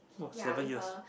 ya with her